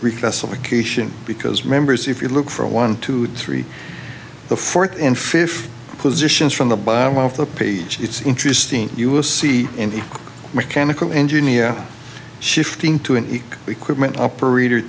request of a cation because members if you look for a one two three the fourth and fifth positions from the bottom of the page it's interesting you will see any mechanical engineer shifting to an equipment operator